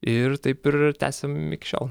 ir taip ir tęsiam iki šiol